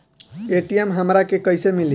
ATM हमरा के कइसे मिली?